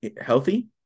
healthy